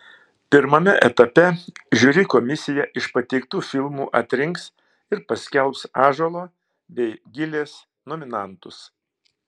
pirmame etape žiuri komisija iš pateiktų filmų atrinks ir paskelbs ąžuolo bei gilės nominantus